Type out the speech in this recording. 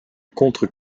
contre